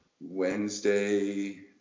Wednesday